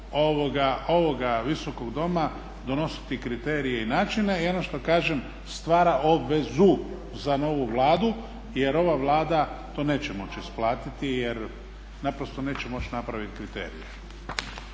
ovoga Visokog doma donositi kriterije i načine. I ono što kažem, stvara obvezu za novu Vladu jer ova Vlada to neće moći isplatiti jer naprosto neće moći napraviti kriterije.